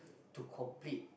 to complete